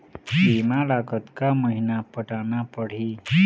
बीमा ला कतका महीना पटाना पड़ही?